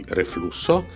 reflusso